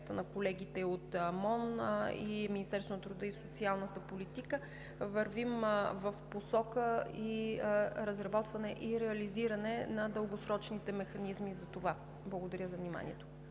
науката и Министерството на труда и социалната политика вървим в посока разработване и реализиране на дългосрочните механизми за това. Благодаря за вниманието.